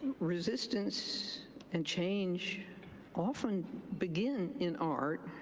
resistance and change often begin in art,